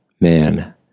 man